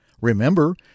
Remember